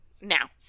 now